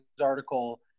article